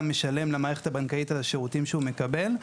משלם למערכת הבנקאית על השירותים שהוא מקבל.